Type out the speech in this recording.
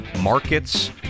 markets